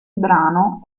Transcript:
brano